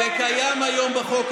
זה קיים היום בחוק.